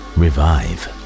revive